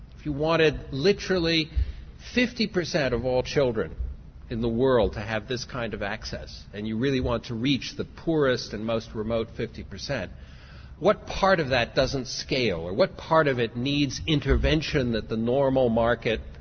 if you wanted literally fifty percent of all children in the world to have this kind of access and you really want to reach the poorest and most remote fifty percent what part of that doesn't scale, what part of it needs intervention that the normal market,